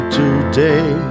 today